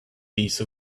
piece